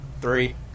three